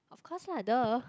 of course lah duh